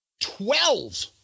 Twelve